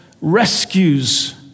rescues